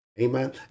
Amen